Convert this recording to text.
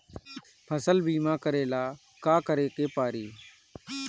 फसल बिमा करेला का करेके पारी?